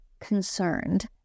concerned